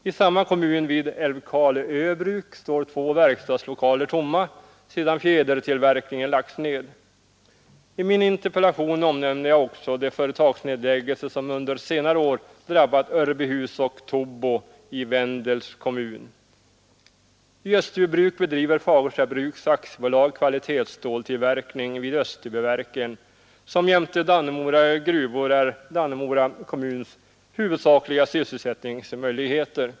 I samma kommun vid Älvkarleö bruk står två verkstadslokaler tomma sedan Nr 129 fjädertillverkningen lagts ner. I min interpellation omnämner jag också de företagsnedläggelser som under senare år drabbat Örbyhus och Tobo i Vendels kommun. — I Österbybruk bedriver Fagersta bruks AB kvalitetsståltillverkning vid Ang. industriutveck Österbyverken, som jämte Dannemora gruvor är Dannemora kommuns lingen i norra huvudsakliga sysselsättningsmöjligheter.